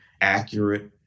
accurate